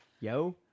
Yo